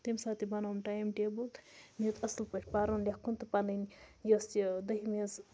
تیٚمہِ ساتہٕ تہِ بَنووُم ٹایم ٹیبٕل مےٚ ہیوٚت اَصٕل پٲٹھۍ پَرُن لیکھُن تہٕ پَنٕنۍ یۄس یہِ دٔہِمہِ ہٕنٛز